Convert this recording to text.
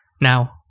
Now